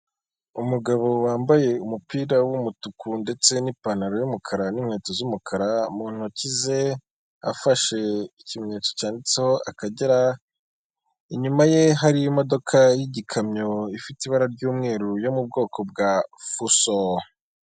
Umugabo wambaye umupira w'umutuku ndetse n'ipantaro y'umukara n'inkweto z'umukara, mu ntoki ze afashe ikimenyetso cyanditseho akagera, inyuma ye hari imodoka y'igikamyo ifite ibara ry'umweru yo mu bwoko bwa fuso.